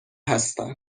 هستن